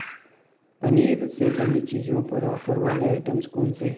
पनीर से बनी चीज़ों पर ऑफ़र वाले आइटम्स कौन से हैं